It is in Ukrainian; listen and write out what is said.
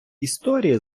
історії